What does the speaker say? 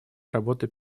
работы